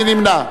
מי נמנע?